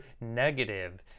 negative